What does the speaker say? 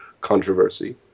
controversy